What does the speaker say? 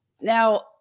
now